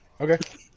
Okay